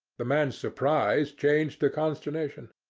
the man's surprise changed to consternation.